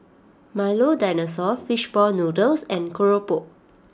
Milo Dinosaur Fish Ball Noodles and Keropok